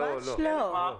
ממש לא.